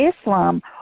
Islam